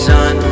Sun